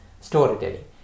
storytelling